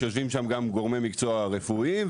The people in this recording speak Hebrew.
שיושבים בה גם גורמי מקצוע רפואיים.